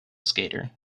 skater